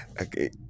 okay